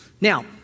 Now